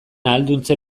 ahalduntze